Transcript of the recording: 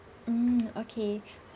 mm okay